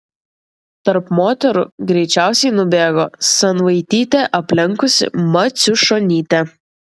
tarp moterų greičiausiai nubėgo sanvaitytė aplenkusi maciušonytę